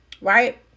right